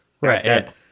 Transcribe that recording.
Right